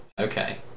Okay